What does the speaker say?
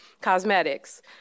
cosmetics